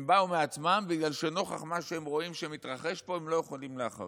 הם באו מעצמם בגלל שנוכח מה שהם רואים שמתרחש פה הם לא יכולים להחריש.